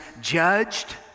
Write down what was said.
judged